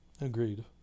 Agreed